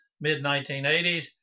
mid-1980s